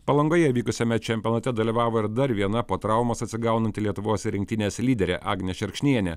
palangoje įvykusiame čempionate dalyvavo ir dar viena po traumos atsigaunanti lietuvos rinktinės lyderė agnė šerkšnienė